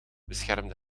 beschermde